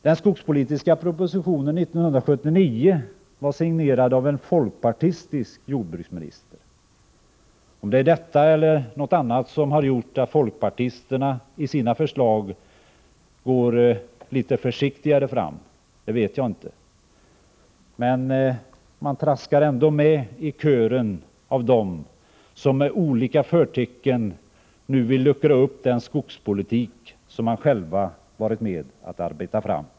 Den skogspolitiska propositionen 1979 var signerad av en folkpartistisk jordbruksminister. Om det är detta eller något annat som har gjort att folkpartisterna i sina förslag går litet försiktigare fram än andra vet jag inte. Men de sjunger ändå med i kören av dem som med olika förtecken nu vill luckra upp den skogspolitik som de själva varit med om att arbeta fram.